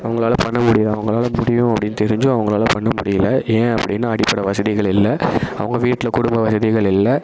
அவங்களாலப் பண்ண முடியும் அவங்களால முடியும் அப்படின்னு தெரிஞ்சும் அவங்களாலப் பண்ண முடியல ஏன் அப்படின்னா அடிப்படை வசதிகள் இல்லை அவங்க வீட்டில் குடும்ப வசதிகள் இல்லை